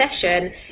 session